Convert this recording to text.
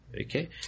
Okay